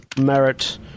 merit